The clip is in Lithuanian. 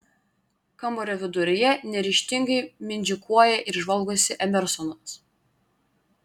kambario viduryje neryžtingai mindžikuoja ir žvalgosi emersonas